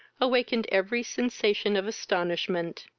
awakened every sensation of astonishment.